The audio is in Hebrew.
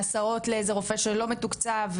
להסעות לרופא שלא מתוקצב,